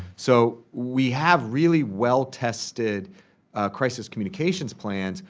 so, we have really well-tested crisis communications plans,